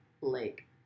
Lake